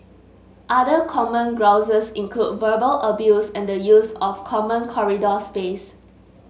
other common grouses include verbal abuse and the use of common corridor space